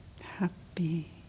Happy